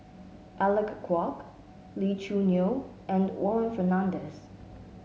Alec Kuok Lee Choo Neo and Warren Fernandez